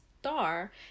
star